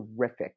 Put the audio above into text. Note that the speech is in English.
terrific